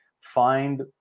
Find